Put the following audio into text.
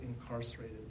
incarcerated